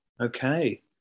Okay